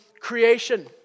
creation